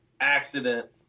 accident